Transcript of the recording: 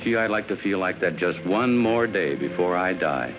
he i like to feel like that just one more day before i die